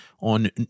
on